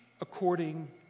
according